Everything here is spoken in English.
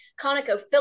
ConocoPhillips